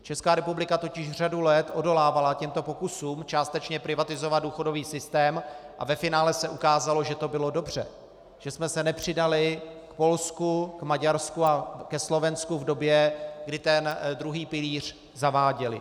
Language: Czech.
Česká republika totiž řadu let odolávala těmto pokusům částečně privatizovat důchodový systém a ve finále se ukázalo, že to bylo dobře, že jsme se nepřidali k Polsku, Maďarsku a ke Slovensku v době, kdy ten druhý pilíř zaváděly.